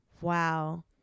Wow